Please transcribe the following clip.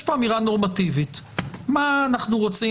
יש פה אמירה נורמטיבית מה אנחנו רוצים